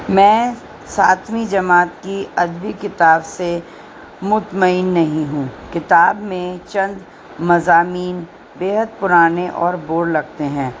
میں ساتویں جماعت کی ادبی کتاب سے مطمئن نہیں ہوں کتاب میں چند مضامین بے حد پرانے اور بور لگتے ہیں